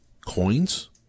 coins